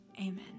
Amen